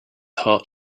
heart